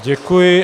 Děkuji.